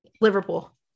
Liverpool